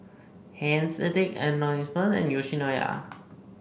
Heinz Addicts Anonymous and Yoshinoya